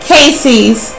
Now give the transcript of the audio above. Casey's